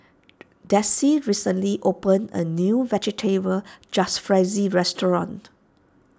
Dessie recently opened a new Vegetable Jalfrezi restaurant